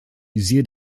siehe